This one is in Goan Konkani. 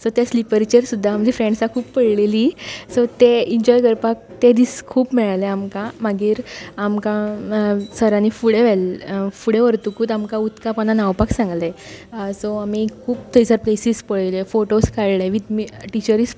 सो त्या स्लिपरीचेर सुद्दां आमची फ्रेंडा सुद्दा खूब पडलेली सो ते एन्जॉय करपाक ते दीस खूब मेळ्ळें आमकां मागीर आमकां सरांनी फुडें व्हेल्लें फुडें व्हरतकूत आमकां उदका पोंदा न्हांवपाक सांगलें सो आमी खूब थंयसर प्लेसीस पळयल्यो फोटोस काडले वीथ टिचरी